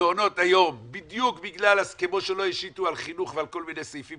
מעונות היום כמו שלא השיתו על חינוך ועל כל מיני סעיפים